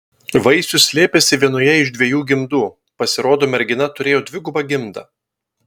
vaisius slėpėsi vienoje iš dviejų gimdų pasirodo mergina turėjo dvigubą gimdą